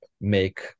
make